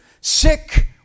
sick